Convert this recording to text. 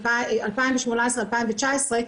2019,